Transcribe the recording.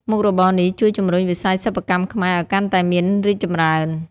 មុខរបរនេះជួយជំរុញវិស័យសិប្បកម្មខ្មែរឲ្យកាន់តែមានរីកចម្រើន។